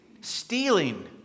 Stealing